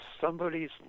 somebody's